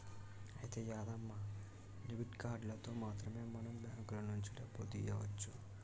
అయితే యాదమ్మ డెబిట్ కార్డులతో మాత్రమే మనం బ్యాంకుల నుంచి డబ్బులు తీయవచ్చు